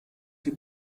die